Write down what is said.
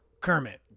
Kermit